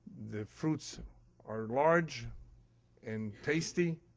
the fruits are large and tasty.